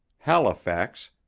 halifax,